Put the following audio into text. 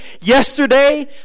yesterday